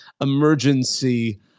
emergency